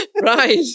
right